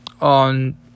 on